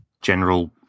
general